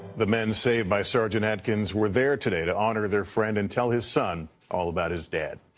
the men saved by sergeant atkins were there today to honor their friend and tell his son all about his dad.